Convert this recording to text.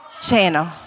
channel